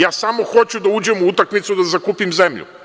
Ja samo hoću da uđem u utakmicu da zakupim zemlju.